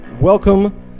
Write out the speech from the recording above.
welcome